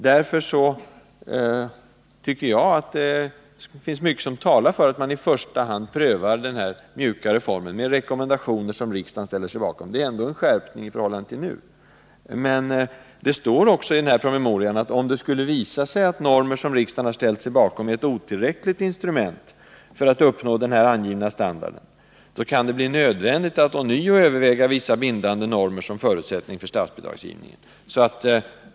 Enligt min mening är det därför mycket som talar för, att mani första hand bör pröva den här mjukare formen med rekommendationer som riksdagen ställer sig bakom. Det är ändå en skärpning i förhållande till nuläget. Men det står också i promemorian, att om det skulle visa sig att normer som riksdagen har ställt sig bakom är ett otillräckligt instrument för att uppnå den angivna standarden, kan det bli nödvändigt att ånyo överväga vissa bindande normer som förutsättning för statsbidragsgivningen.